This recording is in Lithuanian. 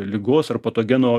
ligos ar patogeno